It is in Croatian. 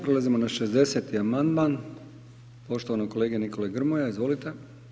Prelazimo na 60. amandman poštovanog kolege Nikole Grmoje, izvolite.